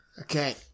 Okay